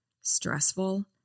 stressful